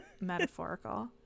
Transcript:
metaphorical